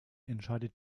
entscheidet